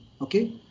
okay